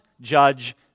judge